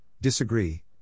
disagree